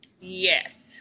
Yes